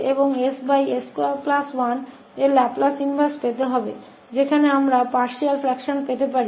इसलिए हमें 1s और ss21का लाप्लास इनवर्स प्राप्त करने की आवश्यकता है जहां हम आंशिक अंशों को कर सकते हैं